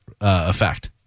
effect